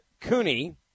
Cooney